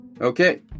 Okay